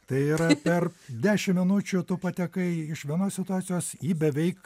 tai yra per dešim minučių tu patekai iš vienos situacijos į beveik